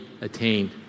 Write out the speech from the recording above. attained